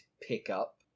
pickup